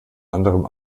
anderem